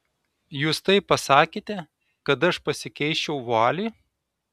jūs taip pasakėte kad aš pasikeičiau vualį